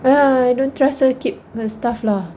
ah I don't trust her keep her stuff lah